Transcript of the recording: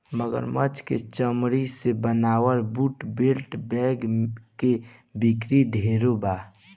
मगरमच्छ के चमरी से बनावल बूट, बेल्ट, बैग के बिक्री ढेरे बा